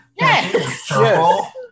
Yes